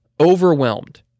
overwhelmed